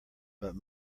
but